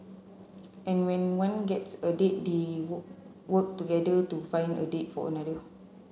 and when one gets a date they work together to find a date for another